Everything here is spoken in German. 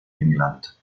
england